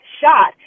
shot